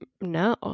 No